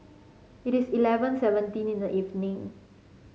it is eleven seventeen in the evening